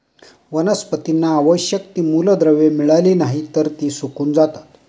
वनस्पतींना आवश्यक ती मूलद्रव्ये मिळाली नाहीत, तर ती सुकून जातात